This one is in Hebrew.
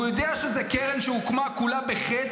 והוא יודע שזו קרן שהוקמה כולה בחטא,